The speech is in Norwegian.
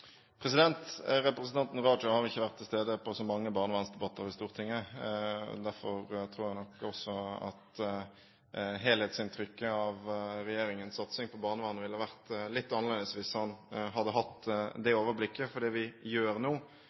Representanten Raja har ikke vært til stede på så mange barnevernsdebatter i Stortinget. Derfor tror jeg nok også at helhetsinntrykket av regjeringens satsing på barnevernet ville vært litt annerledes hvis han hadde hatt det overblikket. For det vi gjør nå,